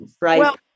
right